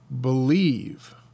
believe